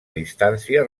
distància